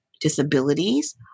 disabilities